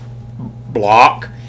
block